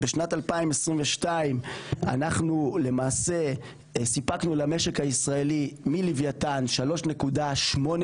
בשנת 2022 אנחנו למעשה סיפקנו למשק הישראלי מלווייתן BCM3.8,